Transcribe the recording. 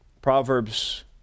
Proverbs